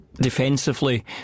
defensively